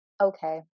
okay